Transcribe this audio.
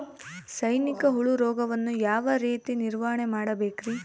ಸೈನಿಕ ಹುಳು ರೋಗವನ್ನು ಯಾವ ರೇತಿ ನಿರ್ವಹಣೆ ಮಾಡಬೇಕ್ರಿ?